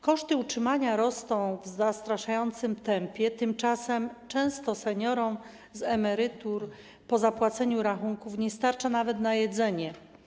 Koszty utrzymania rosną w zastraszającym tempie, tymczasem często seniorom z emerytur po zapłaceniu rachunków nie starcza nawet na jedzenie.